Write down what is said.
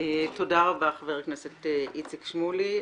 תודה רבה, חבר הכנסת איציק שמולי.